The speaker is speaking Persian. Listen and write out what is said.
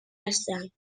هستند